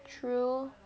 true